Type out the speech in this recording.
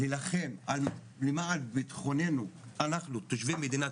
ולכן למען ביטחוננו אנחנו תושבי מדינת